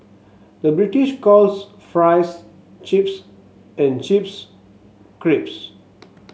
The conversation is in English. the British calls fries chips and chips creeps